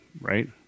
right